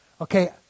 Okay